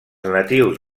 natius